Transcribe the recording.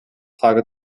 tage